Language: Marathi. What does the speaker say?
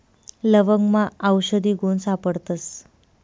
लवंगमा आवषधी गुण सापडतस